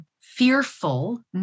fearful